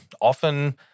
often